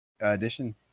addition